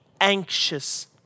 anxious